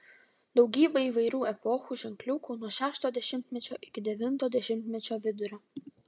daugybė įvairių epochų ženkliukų nuo šešto dešimtmečio iki devinto dešimtmečio vidurio